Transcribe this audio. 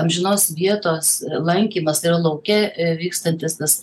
amžinos vietos lankymas tai yra lauke vykstantis tas